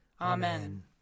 Amen